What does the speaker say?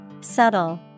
Subtle